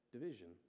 division